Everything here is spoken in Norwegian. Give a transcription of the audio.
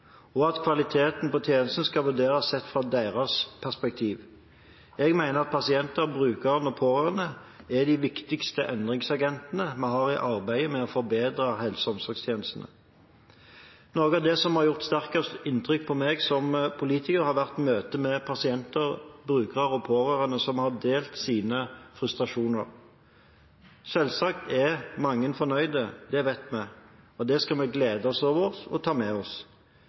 og at kvaliteten på tjenestene skal vurderes sett fra deres perspektiv. Jeg mener at pasienter, brukere og pårørende er de viktigste endringsagentene vi har i arbeidet med å forbedre helse- og omsorgstjenestene. Noe av det som har gjort sterkest inntrykk på meg som politiker, har vært møter med pasienter, brukere og pårørende som har delt sine frustrasjoner. Selvsagt er mange fornøyde – det vet vi, og det skal vi glede oss over og ta med oss